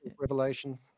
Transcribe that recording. Revelation